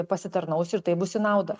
pasitarnaus ir tai bus į naudą